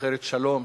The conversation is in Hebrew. שוחרת שלום,